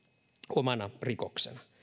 omana rikoksena